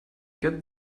get